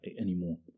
anymore